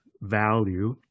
value